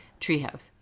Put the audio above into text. Treehouse